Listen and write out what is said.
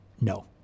No